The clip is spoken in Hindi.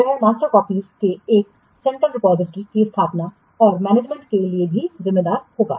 वह मास्टर कॉपीस के एक सेंट्रल रिपोजिटरी की स्थापना औरमैनेजमेंट के लिए भी जिम्मेदार होगा